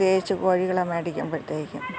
പ്രത്യകിച്ചു കോഴികളെ മേടിക്കുമ്പോഴത്തേക്കും